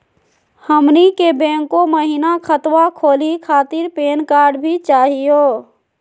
हमनी के बैंको महिना खतवा खोलही खातीर पैन कार्ड भी चाहियो?